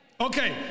Okay